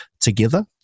together